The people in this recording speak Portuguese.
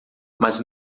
mas